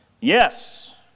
yes